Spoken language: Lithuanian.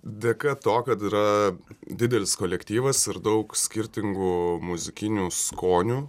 dėka to kad yra didelis kolektyvas ir daug skirtingų muzikinių skonių